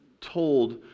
told